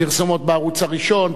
פרסומות בערוץ הראשון,